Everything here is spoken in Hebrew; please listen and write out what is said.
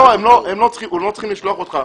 הם לא צריכים לשלוח אותך.